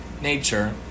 nature